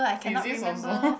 physics also